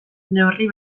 neurri